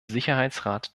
sicherheitsrat